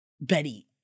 Betty